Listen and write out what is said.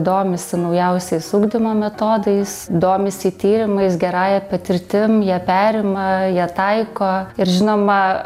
domisi naujausiais ugdymo metodais domisi tyrimais gerąja patirtim ją perima ją taiko ir žinoma